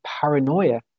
paranoia